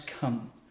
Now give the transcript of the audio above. come